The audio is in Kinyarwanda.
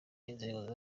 y’inzego